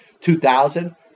2000